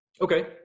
Okay